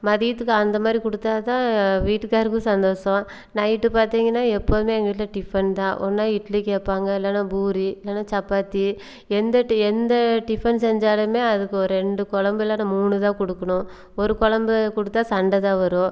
மதியத்துக்கு அந்தமாதிரி கொடுத்தா தான் வீட்டுக்காருக்கும் சந்தோசம் நைட்டு பார்த்தீங்கன்னா எப்போதுமே எங்கள் வீட்டில் டிஃபன் தான் ஒரு நாள் இட்லி கேட்பாங்க இல்லைன்னா பூரி இல்லைன்னா சப்பாத்தி எந்த டி எந்த டிஃபன் செஞ்சாலுமே அதுக்கு ஒரு ரெண்டு குழம்பு இல்லைன்னா மூணு தான் குடுக்குணும் ஒரு குழம்பு கொடுத்தா சண்டை தான் வரும்